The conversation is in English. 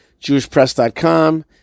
JewishPress.com